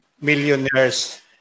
millionaires